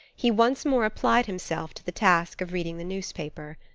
he once more applied himself to the task of reading the newspaper.